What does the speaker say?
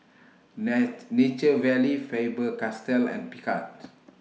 Nai Nature Valley Faber Castell and Picard